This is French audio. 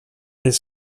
est